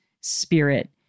spirit